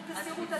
אם תסירו את,